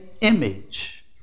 image